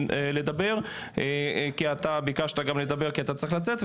לדבר כי ביקשת לדבר כי אתה צריך לצאת,